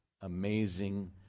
amazing